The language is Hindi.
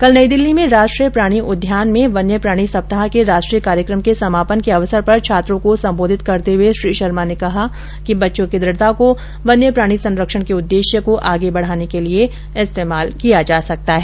कल नई दिल्ली में राष्ट्रीय प्राणी उद्यान में वन्य प्राणी सप्ताह के राष्ट्रीय कार्यक्रम के समापन के अवसर पर छात्रों को संबोधित करते हुए श्री शर्मा ने कहा कि बच्चों की दुढ़ता को वन्य प्राणी संरक्षण के उद्देश्य को आगे बढ़ाने के लिए इस्तेमाल किया जा सकता है